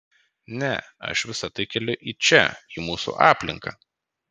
ne aš visa tai keliu į čia į mūsų aplinką